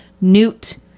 newt